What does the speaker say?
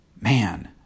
Man